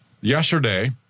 Yesterday